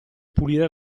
pulire